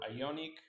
Ionic